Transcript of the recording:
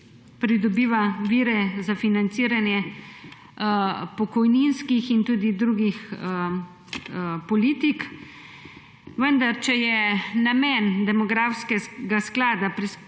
pridobiva vire za financiranje pokojninskih in tudi drugih politik, vendar če je namen demografskega sklada